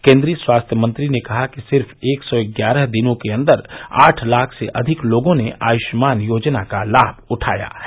केन्द्रीय स्वास्थ्य मंत्री ने कहा कि सिर्फ एक सौ ग्यारह दिनों के अंदर आठ लाख से अधिक लोगों ने आयुष्मान योजना का लाभ उठाया है